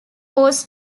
was